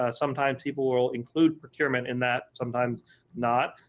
ah sometimes people will include procurement in that, sometimes not.